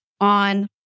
on